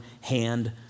hand